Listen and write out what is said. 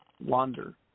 Wander